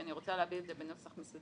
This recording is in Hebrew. כי אני רוצה להביא את זה בנוסח מסודר,